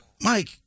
Mike